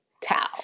cow